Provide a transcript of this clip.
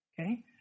okay